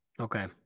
Okay